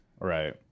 Right